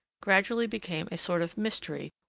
gradually became a sort of mystery,